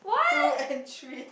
two and three